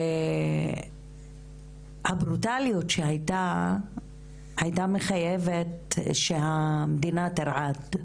והברוטליות שהייתה הייתה מחייבת שהמדינה תרעד,